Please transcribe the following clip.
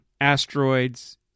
Asteroids